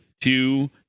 two